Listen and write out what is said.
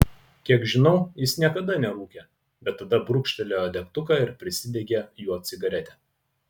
kiek žinau jis niekada nerūkė bet tada brūkštelėjo degtuką ir prisidegė juo cigaretę